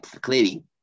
clearly